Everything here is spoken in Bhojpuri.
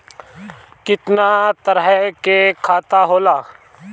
केतना तरह के खाता होला?